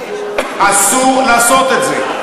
אסור לעשות את זה.